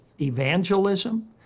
evangelism